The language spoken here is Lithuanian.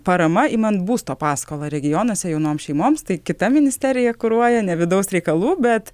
parama imant būsto paskolą regionuose jaunoms šeimoms tai kita ministerija kuruoja ne vidaus reikalų bet